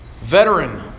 veteran